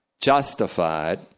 justified